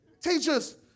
Teachers